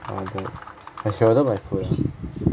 oh my god I should order my food ah